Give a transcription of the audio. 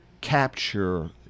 capture